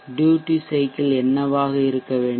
duty cycle என்னவாக இருக்க வேண்டும்